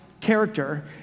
character